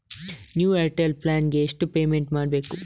New Airtel plan ಗೆ ಎಷ್ಟು payment ಮಾಡ್ಬೇಕು?